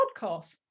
podcast